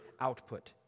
output